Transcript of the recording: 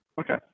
okay